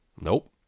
Nope